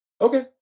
okay